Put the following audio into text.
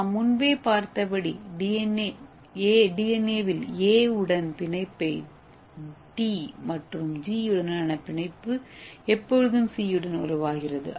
நாம் முன்பே பார்த்தபடி டி மற்றும் ஜி உடனான ஒரு பிணைப்பு எப்போதும் சி உடன் பிணைப்பை உருவாக்குகிறது